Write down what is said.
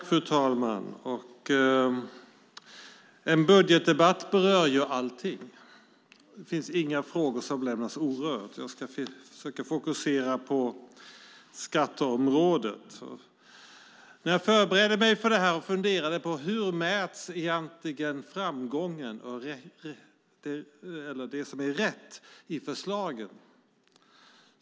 Fru talman! I en budgetdebatt berörs allt; inga frågor lämnas orörda. Jag ska försöka fokusera på skatteområdet. När jag förberedde mig för detta funderade jag på hur man mäter framgång och det som är rätt i förslagen.